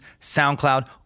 SoundCloud